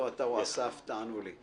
או אתה או אסף תענו לי,